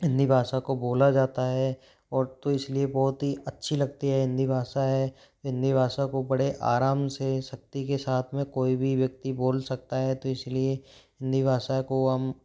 हिंदी भाषा को बोला जाता है और तो इस लिए बहुत ही अच्छी लगती है हिंदी भाषा है हिंदी भाषा को बड़े आराम से शक्ति के साथ में कोई भी व्यक्ति बोल सकता है तो इस लिए हिंदी भाषा को हम